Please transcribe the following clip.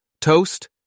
Toast